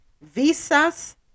Visas